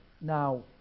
Now